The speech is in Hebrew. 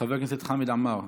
חבר הכנסת חמד עמאר,